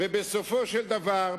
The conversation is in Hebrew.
ובסופו של דבר,